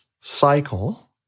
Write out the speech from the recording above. cycle